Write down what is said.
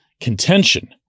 contention